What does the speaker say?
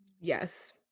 yes